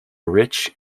rich